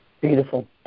Beautiful